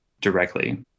directly